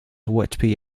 whitby